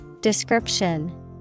Description